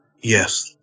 Yes